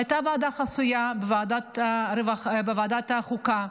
הייתה ועדה חסויה בוועדת החוקה,